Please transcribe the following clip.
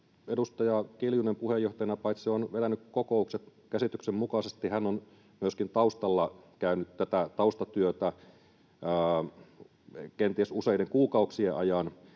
edustaja Kiljunen puheenjohtajana paitsi on vetänyt kokoukset, käsityksen mukaisesti hän on myöskin taustalla käynyt tätä taustatyötä kenties useiden kuukausien ajan.